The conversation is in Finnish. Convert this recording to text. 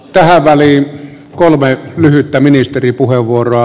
tähän väliin kolme lyhyttä ministeripuheenvuoroa